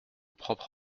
propre